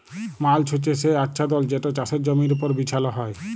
mulch হছে সে আচ্ছাদল যেট চাষের জমির উপর বিছাল হ্যয়